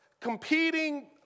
competing